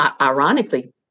ironically